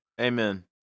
Amen